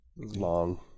Long